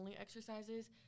exercises